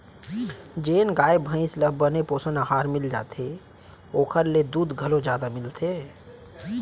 जेन गाय भईंस ल बने पोषन अहार मिल जाथे ओकर ले दूद घलौ जादा मिलथे